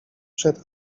przed